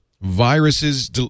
Viruses